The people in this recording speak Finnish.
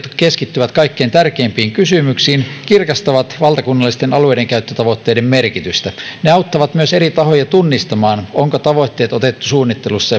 keskittyvät kaikkein tärkeimpiin kysymyksiin kirkastavat valtakunnallisten alueidenkäyttötavoitteiden merkitystä ne auttavat myös eri tahoja tunnistamaan onko tavoitteet otettu suunnittelussa